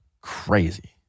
crazy